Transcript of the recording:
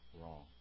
wrong